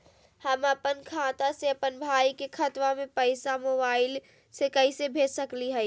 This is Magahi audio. हम अपन खाता से अपन भाई के खतवा में पैसा मोबाईल से कैसे भेज सकली हई?